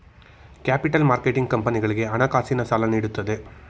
capital marketing ಕಂಪನಿಗಳಿಗೆ ಹಣಕಾಸಿನ ಸಾಲ ನೀಡುತ್ತದೆ